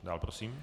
Dál prosím.